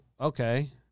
Okay